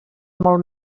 molt